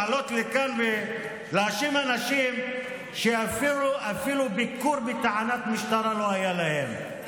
לעלות לכאן ולהאשים אנשים שאפילו ביקור בתחנת משטרה לא היה להם.